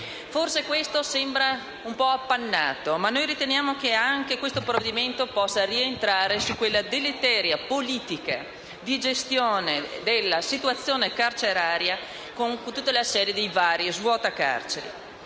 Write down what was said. Forse questo sembra un po' appannato, ma noi riteniamo che anche questo provvedimento possa rientrare in quella deleteria politica di gestione della situazione carceraria, con tutta la serie dei vari svuota carceri.